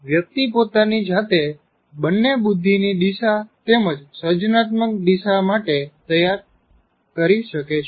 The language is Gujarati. વ્યક્તિ પોતાની જાતે બંને બુદ્ધિની દિશા તેમજ સર્જનાત્મક દિશા માટે તૈયાર કરી શકે છે